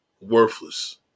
Worthless